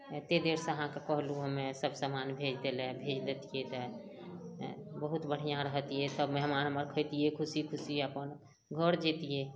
एते देर से अहाँकेॅं कहलहुॅं हमे सब समान भेज दै लए भेज देतियै तऽ बहुत बढ़िऑं रहतियै सब मेहमान हमर खैतियै खुशी खुशी अपन घर जैतियै